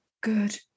Good